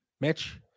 Mitch